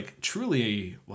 truly